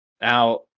Now